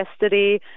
yesterday